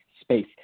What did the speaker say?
space